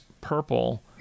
purple